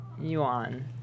Yuan